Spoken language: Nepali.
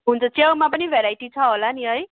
हुन्छ च्याउमा पनि भेराइटी छ होला नि है